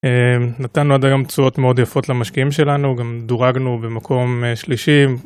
נתנו עד היום תשואות מאוד יפות למשקיעים שלנו, גם דורגנו במקום שלישי.